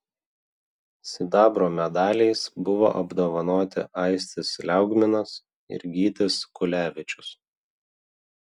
sidabro medaliais buvo apdovanoti aistis liaugminas ir gytis kulevičius